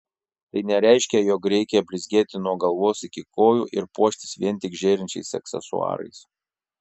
tai nereiškia jog reikia blizgėti nuo galvos iki kojų ir puoštis vien tik žėrinčiais aksesuarais